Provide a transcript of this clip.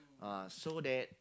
uh so that